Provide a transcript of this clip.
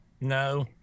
No